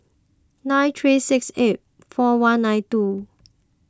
nine three six eight four one nine two